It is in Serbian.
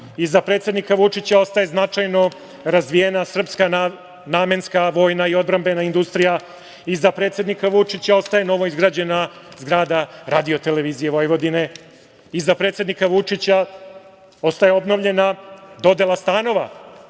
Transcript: Iza predsednika Vučića ostaje značajno razvijena srpska namenska, vojna i odbrambena industrija. Iza predsednika Vučića ostaje novoizgrađena zgrada RTV. Iza predsednika Vučića ostaje obnovljena dodela stanova